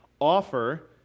offer